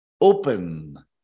open